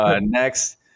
Next